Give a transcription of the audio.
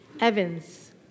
Evans